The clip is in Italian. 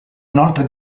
inoltre